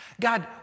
God